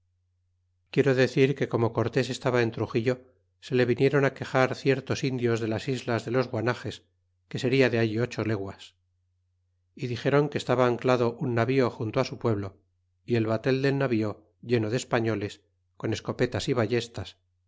quiero decir que como cortés estaba en truxillo se le vinieron quexar ciertos indios de las islas de los guanages que seria de allí ocho leguas y dixéron que estaba ancleado un navío junto su pueblo y el batel del navío lleno de españoles con escopetas y vallestas